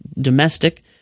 domestic